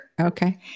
Okay